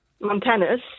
Montanus